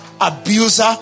abuser